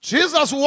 Jesus